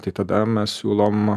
tai tada mes siūlom